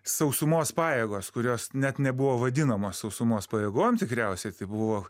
sausumos pajėgos kurios net nebuvo vadinamos sausumos pajėgom tikriausiai tai buvo